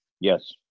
Yes